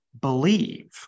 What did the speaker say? believe